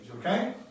okay